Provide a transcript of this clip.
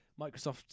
Microsoft